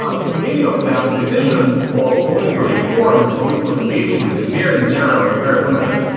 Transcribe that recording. ah for many of them the vision of political reform and political engagement is very narrow and very limited.